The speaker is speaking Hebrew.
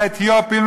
לאתיופים,